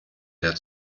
der